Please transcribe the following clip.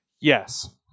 Yes